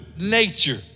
nature